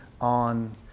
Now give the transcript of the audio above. on